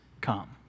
come